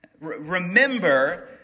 Remember